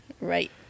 right